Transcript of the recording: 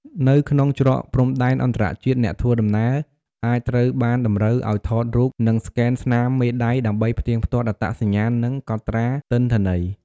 នៅក្នុងច្រកព្រំដែនអន្តរជាតិអ្នកធ្វើដំណើរអាចត្រូវបានតម្រូវឱ្យថតរូបនិងស្កេនស្នាមមេដៃដើម្បីផ្ទៀងផ្ទាត់អត្តសញ្ញាណនិងកត់ត្រាទិន្នន័យ។